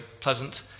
pleasant